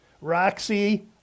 roxy